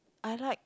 I like